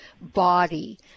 body